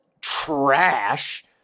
trash